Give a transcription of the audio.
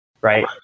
right